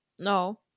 No